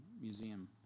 museum